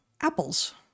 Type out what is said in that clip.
apples